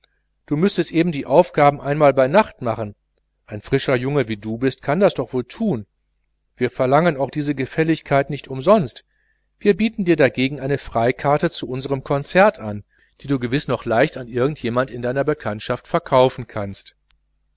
du müßtest eben deine aufgaben einmal bei nacht machen ein frischer junge wie du bist kann das doch wohl tun wir verlangen auch diese gefälligkeit nicht umsonst wir bieten dir dagegen ein freibillet zu unserem konzert an das du gewiß jetzt noch leicht an irgend jemand in deiner bekanntschaft verkaufen kannst